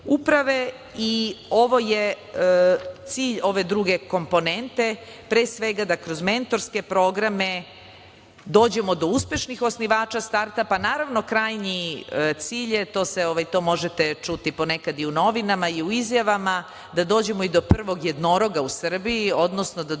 Ovo je, cilj ove druge komponente je, pre svega, da kroz mentorske programe dođemo do uspešnih osnivača start apa. Naravno, krajnji cilj je, to možete čuti ponekad i u novinama i u izjavama, da dođemo i do prvog jednoroga u Srbiji, odnosno da dođemo